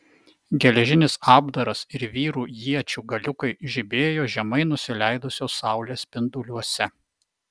geležinis apdaras ir vyrų iečių galiukai žibėjo žemai nusileidusios saulės spinduliuose